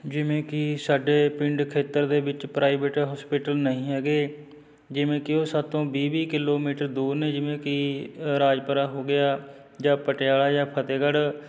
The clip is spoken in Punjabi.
ਜਿਵੇਂ ਕਿ ਸਾਡੇ ਪਿੰਡ ਖੇਤਰ ਦੇ ਵਿੱਚ ਪ੍ਰਾਈਵੇਟ ਹੋਸਪੀਟਲ ਨਹੀਂ ਹੈਗੇ ਜਿਵੇਂ ਕਿ ਉਹ ਸਾਥੋਂ ਵੀਹ ਵੀਹ ਕਿਲੋਮੀਟਰ ਦੂਰ ਨੇ ਜਿਵੇਂ ਕਿ ਰਾਜਪੁਰਾ ਹੋ ਗਿਆ ਜਾਂ ਪਟਿਆਲਾ ਜਾਂ ਫਤਿਹਗੜ੍ਹ